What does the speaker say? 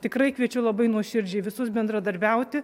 tikrai kviečiu labai nuoširdžiai visus bendradarbiauti